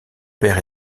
père